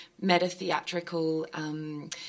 meta-theatrical